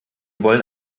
wollen